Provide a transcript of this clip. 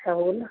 सहूल